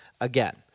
again